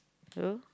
two